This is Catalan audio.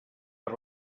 per